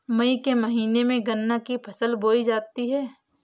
मई के महीने में गन्ना की फसल बोई जाती है